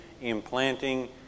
implanting